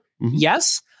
Yes